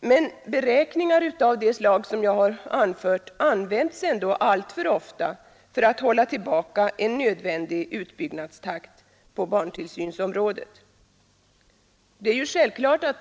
Men beräkningar av det slag jag anfört används alltför ofta för att hålla tillbaka en nödvändig utbyggnadstakt på barntillsynsområdet.